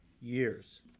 years